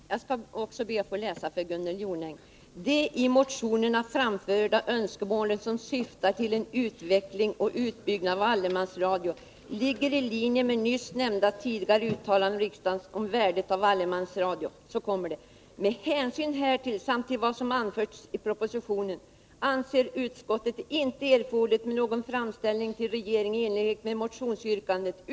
Herr talman! Jag skall också be att få läsa för Gunnel Jonäng: ”De i motionerna framförda önskemålen, som syftar till en utveckling och utbyggnad av allemansradion, ligger i linje med nyss nämnda tidigare uttalanden av riksdagen om värdet av allemansradio. Med hänsyn härtill samt till vad som anförts i propositionen anser utskottet det inte erforderligt med någon framställning till regeringen i enlighet med motionsyrkandena.